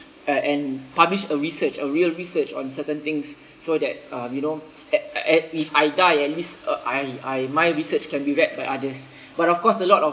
uh and publish a research a real research on certain things so that uh you know at at if I die at least uh I I my research can be read by others but of course a lot of